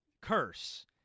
curse